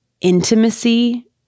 intimacy